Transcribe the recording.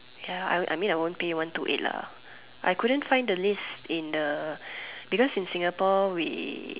ya I I mean I wouldn't pay one two eight lah I couldn't find the list in the because in Singapore we